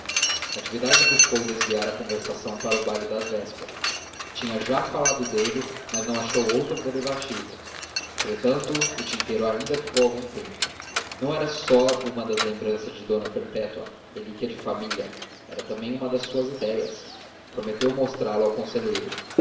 natividade buscou desviar a conversação para o baile da véspera tinham já falado dele mas não achou outro derivativo entretanto o tinteiro ainda ficou algum tempo não era só uma das lembranças de d perpétua relíquia de família era também uma de suas ideias prometeu mostrá-lo ao conselheiro